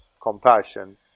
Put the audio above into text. compassion